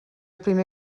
primer